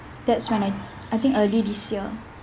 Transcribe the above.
that's when I I think early this year